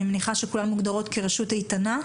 אני מניחה שכולן מוגדרות כרשות איתנה,